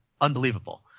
unbelievable